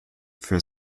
für